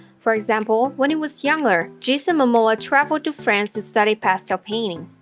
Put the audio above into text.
for example, when he was younger, jason momoa traveled to france to study pastel painting.